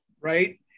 Right